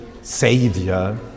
Savior